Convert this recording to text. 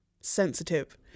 sensitive